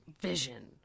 vision